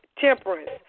temperance